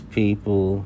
people